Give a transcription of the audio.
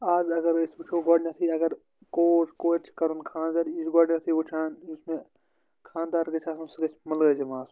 اَز اَگر أسۍ وُچھو گۄڈنیٚتھٕے اَگر کوٗر کورِ چھُ کَرُن خانٛدَر یہِ چھِ گۄڈنیٚتھٕے وُچھان یُس مےٚ خانٛدار گَژھہِ آسُن سُہ گَژھہِ مُلٲزِم آسُن